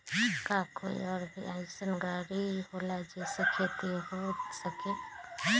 का कोई और भी अइसन और गाड़ी होला जे से खेती हो सके?